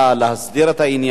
להסדיר את העניין.